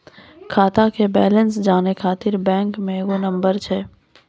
खाता के बैलेंस जानै ख़ातिर बैंक मे एगो नंबर छै?